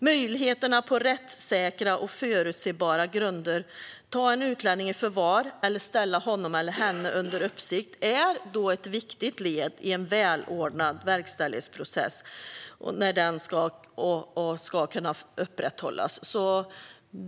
Möjligheten att på rättssäkra och förutsebara grunder ta en utlänning i förvar eller ställa honom eller henne under uppsikt är ett viktigt led i att en välordnad verkställighetsprocess ska kunna upprätthållas.